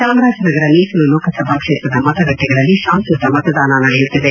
ಚಾಮರಾಜನಗರ ಮೀಸಲು ಲೋಕಸಭಾ ಕ್ಷೇತ್ರದ ಮತಗಟ್ಟೆಗಳಲ್ಲಿ ಶಾಂತಿಯುತ ಮತದಾನ ನಡೆಯುತ್ತಿದೆ